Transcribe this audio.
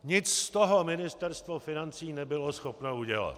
Nic z toho Ministerstvo financí nebylo schopno udělat.